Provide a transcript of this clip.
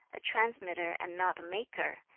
a transmitter and not a maker,